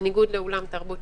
בניגוד לאולם תרבות,